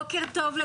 בוקר טוב.